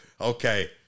Okay